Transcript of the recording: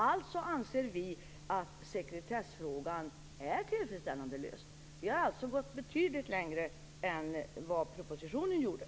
Alltså anser vi att sekretessfrågan är tillfredsställande löst. Vi har gått betydligt längre än vad man gjorde i propositionen.